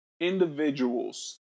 individuals